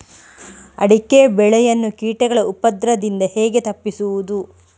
ಅಡಿಕೆ ಬೆಳೆಯನ್ನು ಕೀಟಗಳ ಉಪದ್ರದಿಂದ ಹೇಗೆ ತಪ್ಪಿಸೋದು?